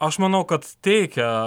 aš manau kad teikia